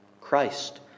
Christ